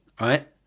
right